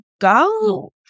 go